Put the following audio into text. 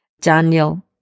Daniel